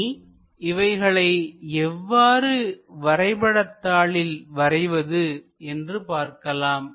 இனி இவைகளை எவ்வாறு வரைபட தாளில் வரைவது என்று பார்க்கலாம்